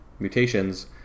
mutations